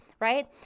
right